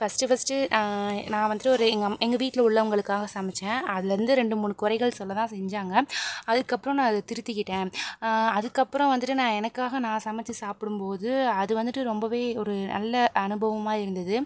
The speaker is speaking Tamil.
ஃபஸ்ட்டு ஃபஸ்ட்டு நான் வந்துட்டு ஒரு எங்கள் அம் எங்கள் வீட்டில் உள்ளவர்களுக்காக சமைச்சேன் அதுலேருந்து ரெண்டு மூணு குறைகள் சொல்லதான் செஞ்சாங்க அதுக்கப்புறம் நான் அதை திருத்திக்கிட்டேன் அதுக்கப்புறம் வந்துட்டு நான் எனக்காக நான் சமைச்சு சாப்பிடும்போது அது வந்துட்டு ரொம்பவே ஒரு நல்ல அனுபவமாக இருந்தது